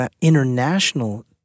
international